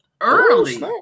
early